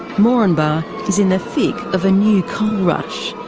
moranbah is in the thick of a new coal rush.